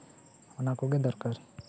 ᱚᱱᱟ ᱠᱚᱜᱮ ᱫᱚᱨᱠᱟᱨ